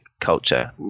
culture